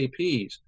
APs